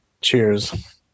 Cheers